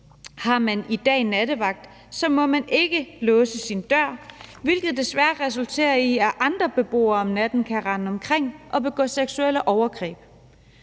Har man i dag en nattevagt, må man ikke låse sin dør, hvilket desværre resulterer i, at andre beboere kan rende rundt om natten og begå seksuelle overgreb.